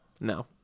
No